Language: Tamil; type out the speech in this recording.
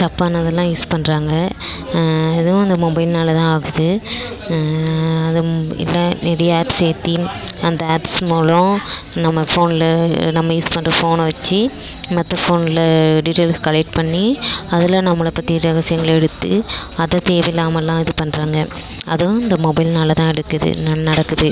தப்பானதெல்லாம் யூஸ் பண்ணுறாங்க அதுவும் இந்த மொபைல்னால் தான் ஆகுது அது என்ன நிறைய ஆப்ஸ் ஏற்றி அந்த ஆப்ஸ் மூலம் நம்ம ஃபோனில் நம்ம யூஸ் பண்ணுற ஃபோனை வச்சு மற்ற ஃபோனில் டீட்டைல்ஸ் கலெக்ட் பண்ணி அதில் நம்மளை பற்றி ரகசியங்களை எடுத்து அது தேவை இல்லாமலும் இது பண்ணுறாங்க அதுவும் இந்த மொபைல்னால் தான் எடுக்குது நடக்குது